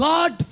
God